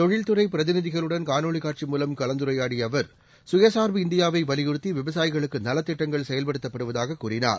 தொழில் துறைபிரதிநிதிகளுடன் காணொளிகாட்சி மூலம் கலந்துரையாடியஅவர் சுய சார்பு இந்தியாவைவலியுறுத்திவிவசாயிகளுக்குநலத் திட்டங்கள் செயல்படுத்தப்படுவதாககூறினார்